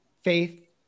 faith